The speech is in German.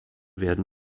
werden